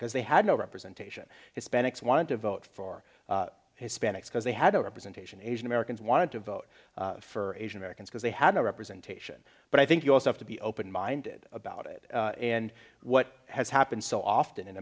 because they had no representation hispanics want to vote for hispanics because they had a representation asian americans wanted to vote for asian americans because they had no represented but i think you also have to be open minded about it and what has happened so often in